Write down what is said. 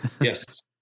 Yes